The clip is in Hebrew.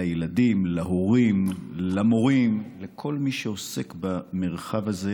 לילדים, להורים, למורים, לכל מי שעוסק במרחב הזה.